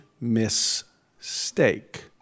mistake